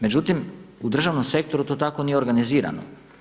Međutim, u državnom sektoru to tako nije organizirano.